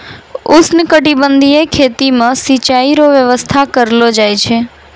उष्णकटिबंधीय खेती मे सिचाई रो व्यवस्था करलो जाय छै